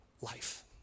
life